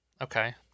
Okay